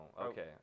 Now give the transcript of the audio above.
okay